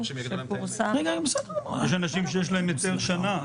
יש אנשים שיש להם היתר שנה.